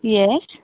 yes